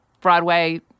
Broadway